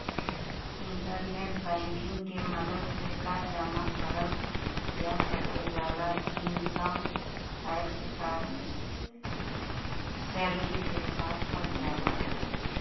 internet banking के मदद से कर जमा करल जा सकल जाला इनकम टैक्स क कर सैलरी के साथ कट जाला